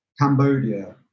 Cambodia